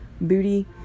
booty